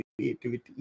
creativity